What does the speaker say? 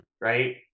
Right